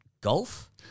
golf